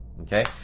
okay